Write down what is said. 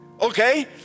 okay